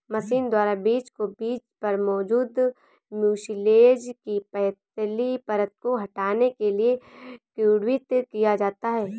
machine द्वारा बीज को बीज पर मौजूद म्यूसिलेज की पतली परत को हटाने के लिए किण्वित किया जाता है